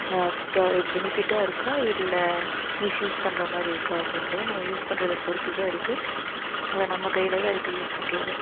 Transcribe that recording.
பெனிஃபிட்டாக இருக்கா இல்லை மிஸ் யூஸ் பண்ணுற மாதிரி இருக்கா அப்படிங்குறது நம்ம யூஸ் பண்றதை பொறுத்துதான் இருக்குது அது நம்ம கையில தான் இருக்குது யூஸ் பண்ணுறது